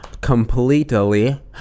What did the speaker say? Completely